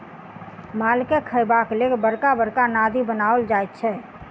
मालके खयबाक लेल बड़का बड़का नादि बनाओल जाइत छै